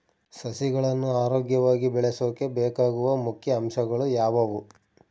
ಸಸಿಗಳನ್ನು ಆರೋಗ್ಯವಾಗಿ ಬೆಳಸೊಕೆ ಬೇಕಾಗುವ ಮುಖ್ಯ ಅಂಶಗಳು ಯಾವವು?